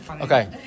Okay